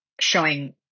showing